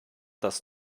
das